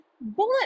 bullet